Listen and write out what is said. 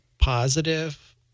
positive